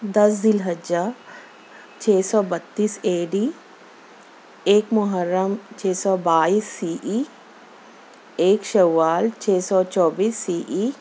دس ذی الحجہ چھ سو بتیس اے ڈی ایک محرم چھ سو بائیس سی ای ایک شوال چھ سو چوبیس سی ای